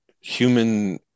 human